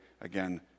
again